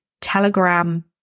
Telegram